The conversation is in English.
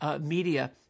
media